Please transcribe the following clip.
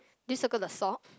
did you circle the sock